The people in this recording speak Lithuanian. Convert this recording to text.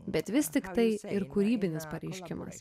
bet vis tik tai ir kūrybinis pareiškimas